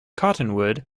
cottonwood